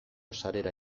sarera